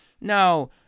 Now